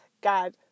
God